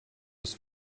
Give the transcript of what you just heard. was